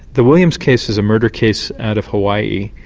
the williams case is a murder case out of hawaii.